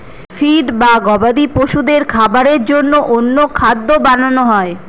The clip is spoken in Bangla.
ফিড বা গবাদি পশুদের খাবারের জন্য অন্য খাদ্য বানানো হয়